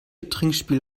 trinkspiel